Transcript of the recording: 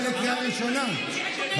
אתה, בבקשה.